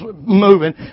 moving